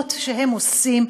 מדהימות שהם עושים,